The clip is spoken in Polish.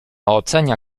ocenia